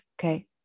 okay